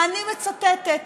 ואני מצטטת.